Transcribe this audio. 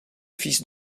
fils